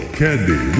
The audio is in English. candy